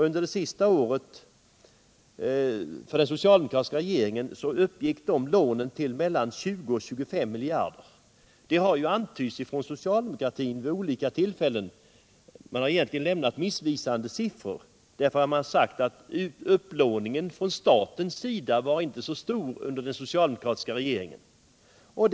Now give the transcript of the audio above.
Under den socialdemokratiska regeringens sista år uppgick dessa lån till 20-25 miljarder kr. Från socialdemokratiskt håll har det vid olika tillfällen lämnats missvisande siffror. Man har sagt att den statliga upplåningen inte var så stor under den socialdemokratiska regeringens tid.